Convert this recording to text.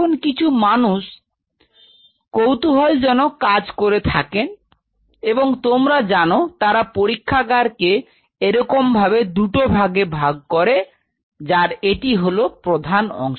এখন কিছু মানুষ কিছু কৌতুহলজনক কাজ করে থাকে এবং তোমরা জানো তারা পরীক্ষাগার কে এরকমভাবে দুটো ভাগে ভাগ করে যার এটি হলো প্রধান অংশ